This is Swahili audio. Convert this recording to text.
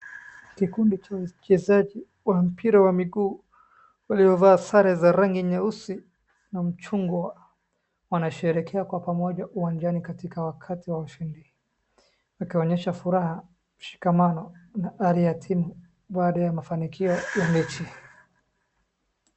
Kikundi cha wachezaji wa mpira wa mguu waliovaa sare za rangi nyeusi na machungwa. Wanasherekea kwa pamoja uwanjani katika wakati wa ushindi wakionyesha furaha, ushikamano na ari ya timu baada ya mafanikio ya mechi.